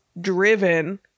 driven